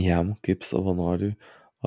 jam kaip savanoriui